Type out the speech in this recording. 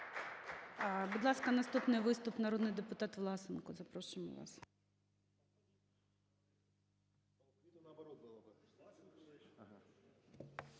Будь ласка, наступний виступ – народний депутат Власенко. Запрошуємо вас.